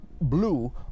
blue